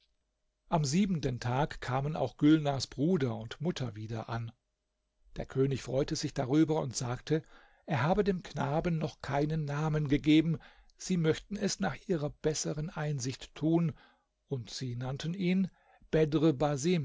am siebenten tag kamen auch gülnars bruder und mutter wieder an der könig freute sich darüber und sagte er habe dem knaben noch keinen namen gegeben sie möchten es nach ihrer besseren einsicht tun und sie nannten ihn